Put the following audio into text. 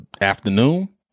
afternoon